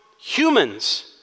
humans